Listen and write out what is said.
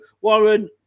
Warren